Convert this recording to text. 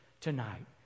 tonight